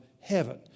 heaven